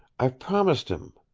i've promised him.